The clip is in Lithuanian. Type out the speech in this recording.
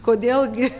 kodėl gi